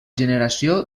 generació